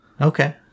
Okay